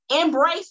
embrace